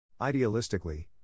Idealistically